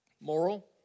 Moral